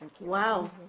Wow